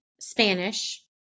Spanish